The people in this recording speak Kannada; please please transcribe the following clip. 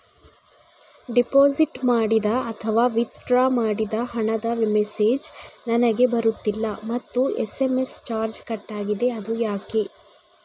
ಡೆಪೋಸಿಟ್ ಮಾಡಿದ ಅಥವಾ ವಿಥ್ಡ್ರಾ ಮಾಡಿದ ಹಣದ ಮೆಸೇಜ್ ನನಗೆ ಬರುತ್ತಿಲ್ಲ ಮತ್ತು ಎಸ್.ಎಂ.ಎಸ್ ಚಾರ್ಜ್ ಕಟ್ಟಾಗಿದೆ ಅದು ಯಾಕೆ?